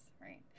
right